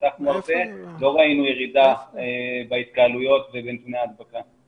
כשפתחנו את זה לא ראינו ירידה בהתקהלויות ובנתוני ההדבקה.